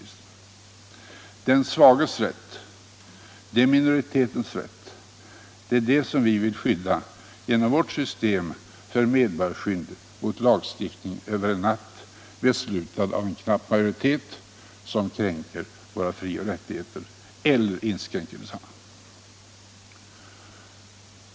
Den svages rätt — det är minoritetens rätt. Det är den som vi vill skydda genom vårt system för medborgarskydd mot lagstiftning över en natt, beslutad av en knapp majoritet, som kränker våra frioch rättigheter eller inskränker desamma.